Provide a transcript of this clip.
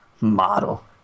model